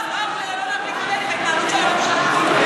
לא, לא, עם ההתנהגות של הממשלה הזאת.